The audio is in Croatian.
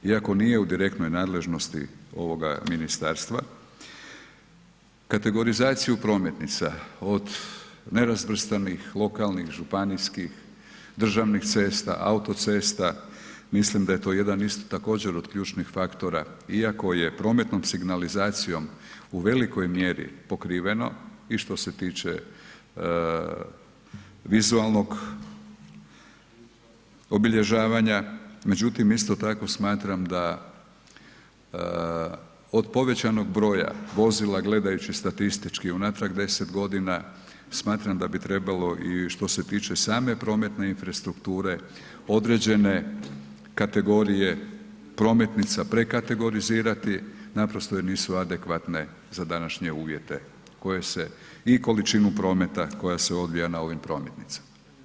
Iako nije u direktnoj nadležnosti ovoga ministarstva, kategorizaciju prometnica od nerazvrstanih lokalnih, županijskih, državnih cesta, autocesta mislim da je to jedan isto također od ključnih faktora iako je prometnom signalizacijom u velikoj mjeri pokriveno i što se tiče vizualnog obilježavanja, međutim isto tako smatram da od povećanog broja vozila gledajući statistički unatrag 10.g. smatram da bi trebalo i što se tiče same prometne infrastrukture određene kategorije prometnica prekategorizirati naprosto jer nisu adekvatne za današnje uvjete koje se i količinu prometa koja se odvija na ovim prometnicama.